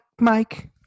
Mike